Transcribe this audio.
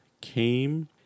came